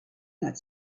not